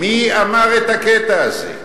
מי אמר את הקטע הזה?